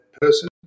person